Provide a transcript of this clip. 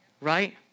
Right